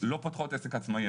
לא פותחות עסק עצמאי,